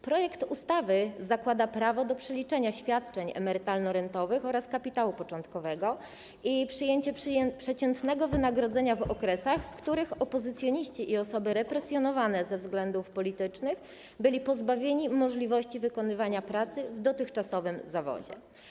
Projekt ustawy zakłada prawo do przeliczenia świadczeń emerytalno-rentowych oraz kapitału początkowego i przyjęcie przeciętnego wynagrodzenia w okresach, w których opozycjoniści i osoby represjonowane ze względów politycznych byli pozbawieni możliwości wykonywania pracy w dotychczasowym zawodzie.